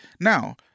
Now